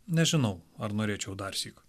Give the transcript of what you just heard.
nežinau ar norėčiau darsyk